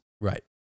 Right